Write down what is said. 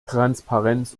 transparenz